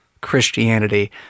Christianity